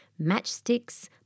matchsticks